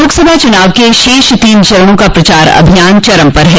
लोकसभा चुनाव के शेष तीन चरणों का प्रचार अभियान चरम पर है